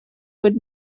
would